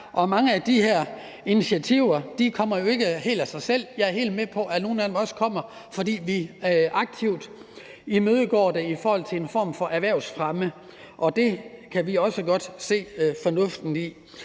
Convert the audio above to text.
mange af de her initiativer kommer jo ikke helt af sig selv. Jeg er helt med på, at nogle af dem også kommer, fordi vi aktivt imødegår det i forhold til en form for erhvervsfremme, og det kan vi også godt se fornuften i.